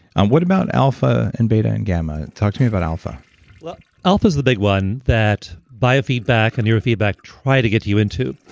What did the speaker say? um what about alpha and beta and gamma? talk to me about alpha well, alpha is the big one that biofeedback and neuro feedback try to get you into.